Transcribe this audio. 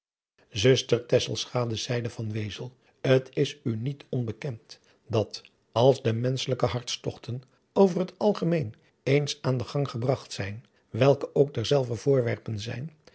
tesselschade zeide van wezel t is u niet onbekend dat als de menschelijke hartstogten over het algemeen eens aan den gang gebragt zijn welke ook derzelver voorwerpen zijn